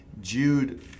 Jude